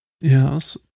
yes